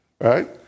right